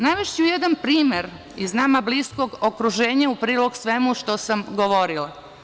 Navešću jedan primer iz nama bliskog okruženja, a u prilog svemu što sam govorila.